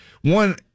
one